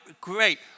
great